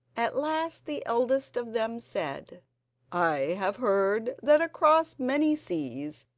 at last the eldest of them said i have heard that across many seas,